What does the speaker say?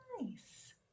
nice